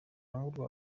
urwa